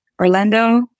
Orlando